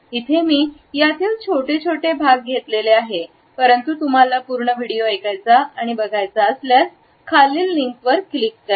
इथे मी यातील छोटे छोटे भाग घेतलेला आहे परंतु तुम्हाला पूर्ण व्हिडिओ ऐकायचा असल्यास खालील लिंक वर क्लिक करा